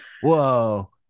whoa